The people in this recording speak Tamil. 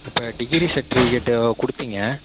இப்போ டிகிரி சர்ட்டிஃபிக்கேட்டு கொடுத்தீங்க